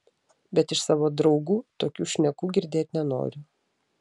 bet iš savo draugų tokių šnekų girdėt nenoriu